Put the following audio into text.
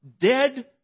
dead